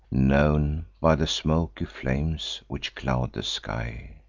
known by the smoky flames which cloud the sky.